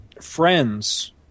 Friends